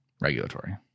regulatory